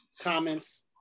Comments